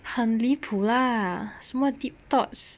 很离谱 lah 什么 deep thoughts